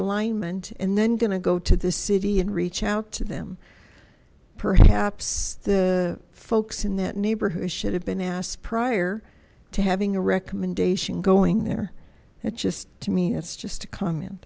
alignment and then going to go to the city and reach out to them perhaps the folks in that neighborhood should have been asked prior to having a recommendation going there and just to me it's just a com